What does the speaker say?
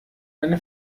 eine